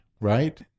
right